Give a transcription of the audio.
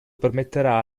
permetterà